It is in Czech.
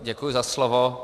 Děkuji za slovo.